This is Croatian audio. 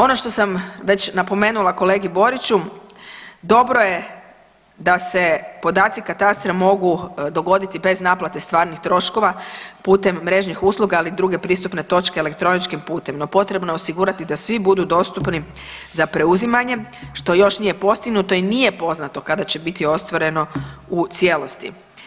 Ono što sam već napomenula kolegi Boriću dobro je da se podaci katastra mogu dogoditi bez naplate stvarnih troškova putem mrežnih usluga, ali i druge pristupne točke elektroničkim putem, ali potrebno je osigurati da svi budu dostupni za preuzimanje što još nije postignuto i nije poznato kada će biti ostvareno u cijelosti.